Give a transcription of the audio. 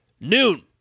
Noon